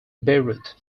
beirut